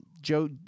Joe